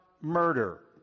murder